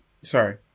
sorry